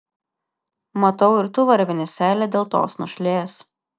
matau ir tu varvini seilę dėl tos našlės